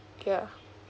yeah